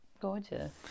Gorgeous